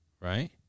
right